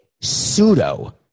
pseudo-